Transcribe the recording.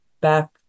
back